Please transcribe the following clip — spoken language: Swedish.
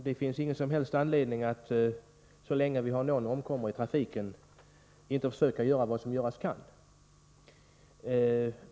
Det finns ingen som helst anledning att, så länge någon enda omkommer i trafiken, inte försöka göra vad som göras kan.